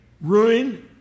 ruin